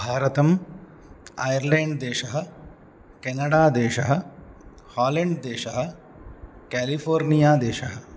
भारतम् ऐर्लेण्ड्देशः केनडादेशः हालेण्ड्देशः केलिफ़ोर्नियादेशः